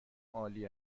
عالی